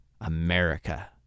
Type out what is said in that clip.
America